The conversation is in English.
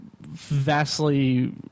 vastly